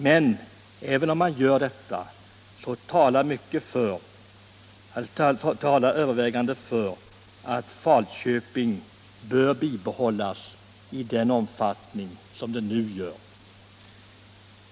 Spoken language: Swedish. Men även om man gör det, talar övervägande skäl för att verksamheten i Falköping bör bibehållas i samma omfattning som den nu har.